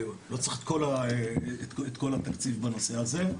ולא צריך את כל התקציב בנושא הזה,